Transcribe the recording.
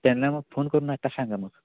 त्यांना मग फोन करून आता सांगा मग